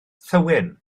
thywyn